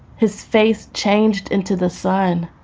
his face changed into the sun.